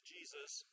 Jesus